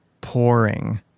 pouring